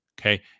okay